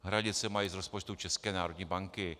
Hradit se mají z rozpočtu České národní banky.